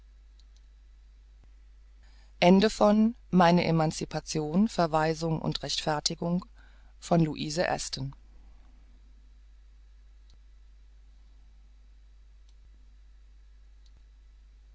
meine emancipation verweisung und rechtfertigung